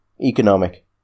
economic